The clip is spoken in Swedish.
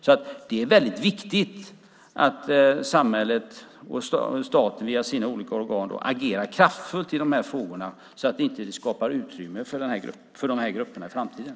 Det är alltså väldigt viktigt att samhället och staten via sina olika organ agerar kraftfullt i de här frågorna så att vi inte skapar utrymme för de här grupperna i framtiden.